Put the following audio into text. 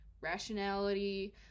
rationality